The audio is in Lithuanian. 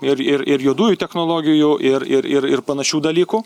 ir ir ir juodųjų technologijų ir ir ir panašių dalykų